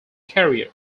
career